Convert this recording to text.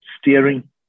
steering